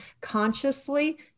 consciously